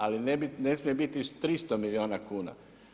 Ali ne smije biti 300 milijuna kuna.